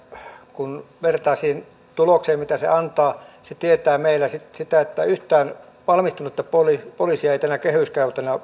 kun vertaa siihen tulokseen mitä se antaa se tietää meillä sitä sitä että yhtään valmistunutta poliisia ei tänä kehyskautena